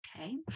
Okay